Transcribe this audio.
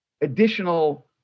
additional